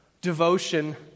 devotion